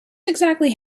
exactly